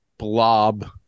Blob